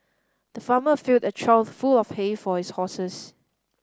the farmer filled a trough full of hay for his horses